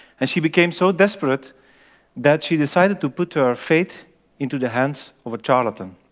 and she became so desperate that she decided to put her fate into the hands of a charlatan.